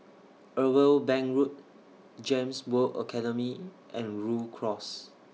Irwell Bank Road Gems World Academy and Rhu Cross